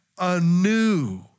anew